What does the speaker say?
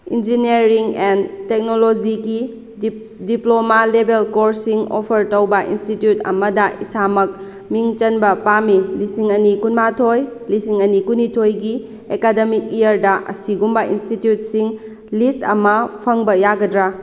engineering and ꯇꯦꯛꯅꯣꯂꯣꯖꯤꯒꯤ diploma level ꯀꯣꯔꯁꯁꯤꯡ offer ꯇꯧꯕ ꯏꯟꯁꯇꯤꯇ꯭ꯌꯨꯠ ꯑꯃꯗ ꯏꯁꯥꯃꯛ ꯃꯤꯡ ꯆꯟꯕ ꯄꯥꯝꯃꯤ ꯂꯤꯁꯤꯡ ꯑꯅꯤ ꯀꯨꯟꯃꯥꯊꯣꯏ ꯂꯤꯁꯤꯡ ꯑꯅꯤ ꯀꯨꯟꯅꯤꯊꯣꯏꯒꯤ ꯑꯦꯀꯥꯗꯃꯤꯛ ꯏꯌꯥꯔꯗ ꯑꯁꯤꯒꯨꯝꯕ ꯏꯟꯁꯇꯤꯇ꯭ꯌꯨꯠꯁꯤꯡ ꯂꯤꯁ ꯑꯃ ꯐꯪꯕ ꯌꯥꯒꯗ꯭ꯔꯥ